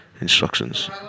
instructions